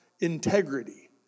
integrity